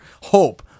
hope